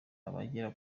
abagera